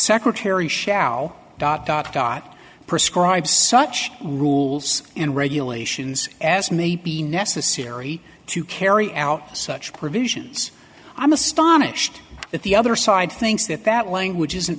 secretary shall dot dot dot prescribe such rules and regulations as may be necessary to carry out such provisions i'm astonished that the other side thinks that that language isn't